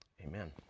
amen